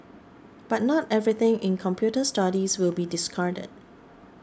but not everything in computer studies will be discarded